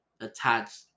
attached